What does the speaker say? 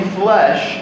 flesh